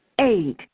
eight